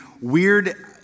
weird